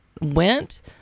went